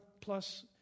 plus